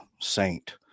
saint